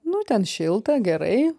nu ten šilta gerai